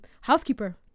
housekeeper